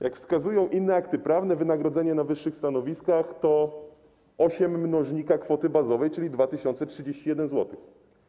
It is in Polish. Jak wskazują inne akty prawne, wynagrodzenie na wyższych stanowiskach to 8 mnożnika kwoty bazowej wynoszącej 2031 zł.